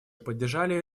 поддержали